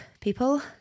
people